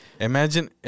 Imagine